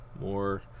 More